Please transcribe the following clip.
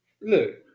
Look